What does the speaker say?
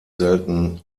selten